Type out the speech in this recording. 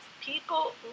People